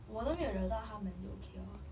我都没有惹到他们就 okay orh